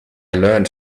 learned